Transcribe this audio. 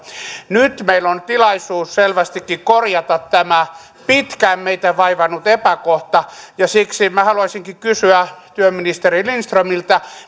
nyt meillä on selvästikin tilaisuus korjata tämä pitkään meitä vaivannut epäkohta ja siksi minä haluaisinkin kysyä työministeri lindströmiltä